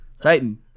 Titan